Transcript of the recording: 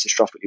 catastrophically